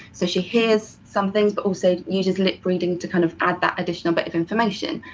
so, she hears some things but also uses lip reading to kind of add that additional bit of information.